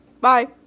Bye